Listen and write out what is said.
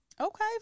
Okay